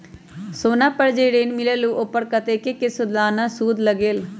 सोना पर जे ऋन मिलेलु ओपर कतेक के सालाना सुद लगेल?